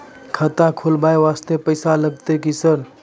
खाता खोलबाय वास्ते पैसो लगते की सर?